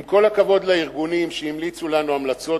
עם כל הכבוד לארגונים שהמליצו לנו המלצות,